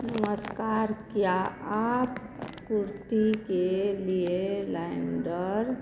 नमस्कार क्या आप कुर्ती के लिए लाइन्डर पर दिए गए मेरे ऑर्डर की डिलिवरी की इस्थिति को जाँचने में मेरी सहायता कर सकते हैं